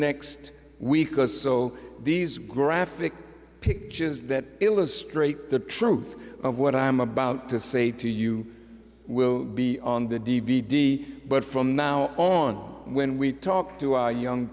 next week or so these graphic pictures that illustrate the truth of what i'm about to say to you will be on the d v d but from now on when we talk to our young